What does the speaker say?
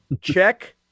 check